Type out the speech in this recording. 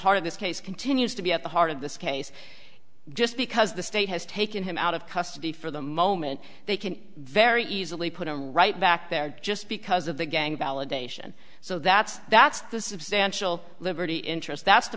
heart of this case continues to be at the heart of this case just because the state has taken him out of custody for the moment they can very easily put him right back there just because of the gang validation so that's that's the substantial liberty interest